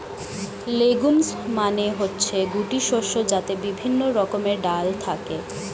legumes মানে হচ্ছে গুটি শস্য যাতে বিভিন্ন রকমের ডাল থাকে